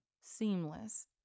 seamless